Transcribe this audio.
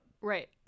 Right